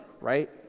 right